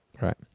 Right